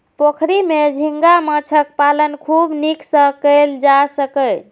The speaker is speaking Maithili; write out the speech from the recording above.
पोखरि मे झींगा माछक पालन खूब नीक सं कैल जा सकैए